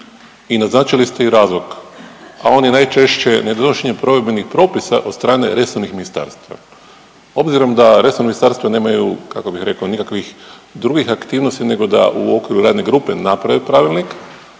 i naznačili ste i razlog, a on je najčešće nedonošenje provedbenih propisa od strane resornih ministarstva. Obzirom da resorna ministarstva nemaju kako bih rekao nikakvih drugih aktivnosti, nego da u okviru radne grupe naprave pravilnik